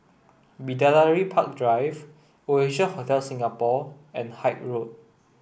Bidadari Park Drive Oasia Hotel Singapore and Haig Road